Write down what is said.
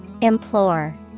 Implore